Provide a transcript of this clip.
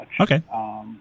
Okay